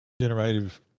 generative